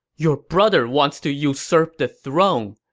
your brother wants to usurp the throne,